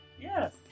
Yes